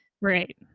Right